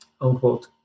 unquote